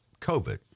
COVID